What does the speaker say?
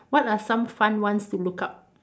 what are some fun ones to look up